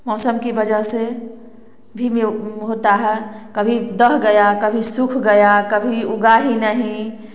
मौसम की वजह से भिन्न होता है कभी डह गया कभी सूख गया कभी उगा ही नहीं